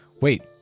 wait